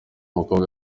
mukobwa